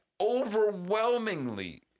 overwhelmingly